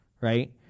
Right